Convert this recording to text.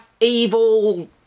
evil